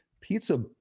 pizza